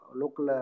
local